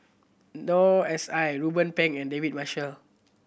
Noor S I Ruben Pang and David Marshall